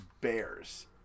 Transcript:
bears